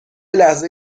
لحظه